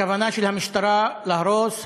כוונה של המשטרה להרוס הלילה,